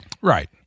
right